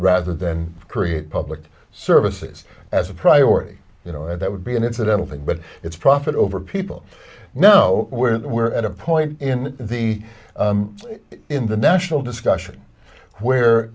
rather than create public services as a priority you know that would be an incidental thing but it's profit over people now where we're at a point in the in the national discussion where